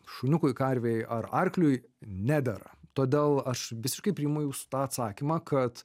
šuniukui karvei ar arkliui nedera todėl aš visiškai priimu jūsų tą atsakymą kad